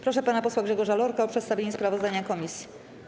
Proszę pana posła Grzegorza Lorka o przedstawienie sprawozdania komisji.